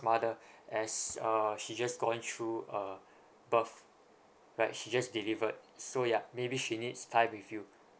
mother as uh she just going through a birth right she just delivered so yeah maybe she needs time with you